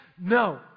No